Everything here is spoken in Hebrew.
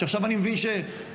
שעכשיו אני מבין שהושהה.